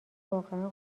واقعا